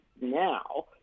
now